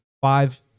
five